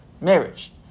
marriage